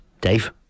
Dave